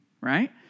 right